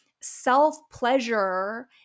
self-pleasure